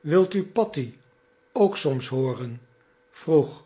wil u patti ook soms hooren vroeg